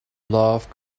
love